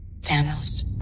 Thanos